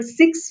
six